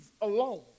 alone